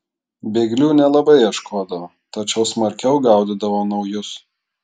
bėglių nelabai ieškodavo tačiau smarkiau gaudydavo naujus